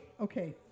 Okay